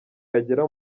yagera